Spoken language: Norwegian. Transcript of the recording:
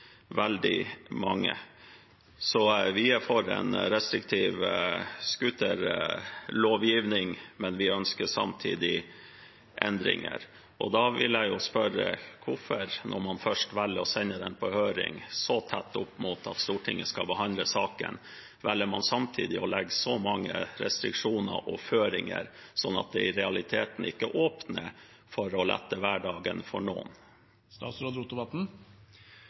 veldig mange. Så vi er for en restriktiv scooterlovgivning, men vi ønsker samtidig endringer. Da vil jeg spørre: Når man først velger å sende saken på høring så tett opp mot at Stortinget skal behandle den, hvorfor velger man samtidig å legge så mange restriksjoner og føringer, sånn at det i realiteten ikke åpner for å lette hverdagen for noen?